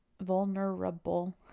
vulnerable